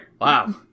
Wow